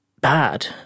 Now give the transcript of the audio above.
bad